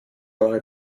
eure